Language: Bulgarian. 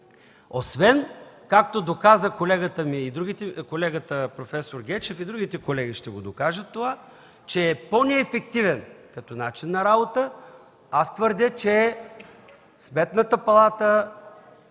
Освен както доказа колегата проф. Гечев, и другите колеги ще докажат това, че е по-неефективен като начин на работа. Аз твърдя, че Сметната палата е